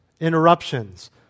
interruptions